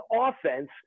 offense